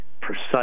Precise